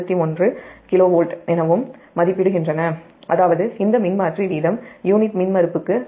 8 121 kV என மதிப்பிடப்படுகின்றன அதாவது இந்த மின்மாற்றி வீதம் யூனிட் மின்மறுப்புக்கு 0